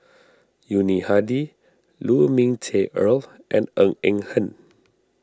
Yuni Hadi Lu Ming Teh Earl and Ng Eng Hen